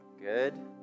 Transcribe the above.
good